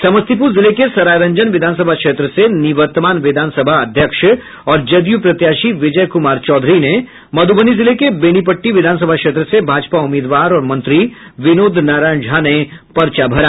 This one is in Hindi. समस्तीपूर जिले के सरायरंजन विधानसभा क्षेत्र से निवर्तमान विधानसभा अध्यक्ष और जदयू प्रत्याशी विजय कुमार चौधरी ने मधुबनी जिले के बेनीपट्टी विधानसभा क्षेत्र से भाजपा उम्मीदवार और मंत्री विनोद नारायण झा ने पर्चा भरा